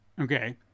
Okay